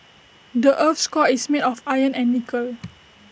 the Earth's core is made of iron and nickel